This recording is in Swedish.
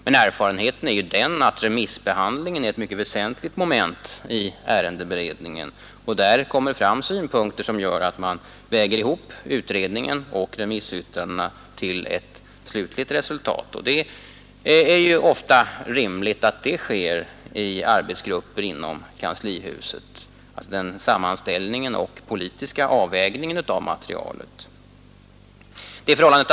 Men remissbehandlingen är ju ett mycket väsentligt moment i ärendebered ningen, och där kommer fram synpunkter som gör att man väger ihop utredningen och remissyttrandena till ett slutligt resultat. Det är ju ofta rimligt att sammanställningen och den politiska avvägningen av materialet sker i arbetsgrupper inom kanslihuset.